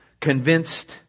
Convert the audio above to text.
convinced